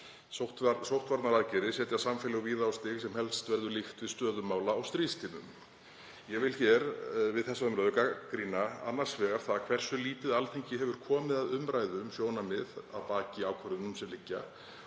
Sóttvarnaaðgerðir setja samfélög víða á stig sem helst verður líkt við stöðu mála á stríðstímum. Ég vil við þessa umræðu gagnrýna annars vegar það hversu lítið Alþingi hefur komið að umræðu um sjónarmið að baki ákvörðunum sem liggja